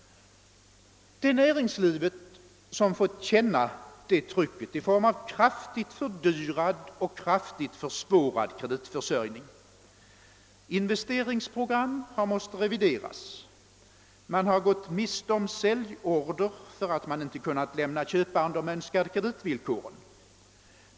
Det är näringslivet som har fått känna det trycket i form av en kraftigt fördyrad och försvårad kreditförsörjning. Investeringsprogram har måst revideras. Man har gått miste om säljorder för att man inte kunnat lämna köparen de önskade kreditvillkoren.